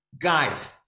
Guys